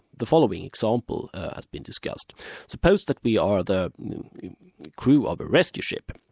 the following example has been discussed suppose that we are the crew of a rescue ship,